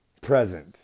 present